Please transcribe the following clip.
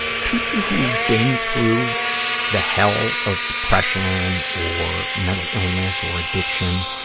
people who've been through the hell of depression or mental illness or addiction,